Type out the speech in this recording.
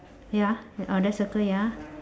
ya I'll just circle ya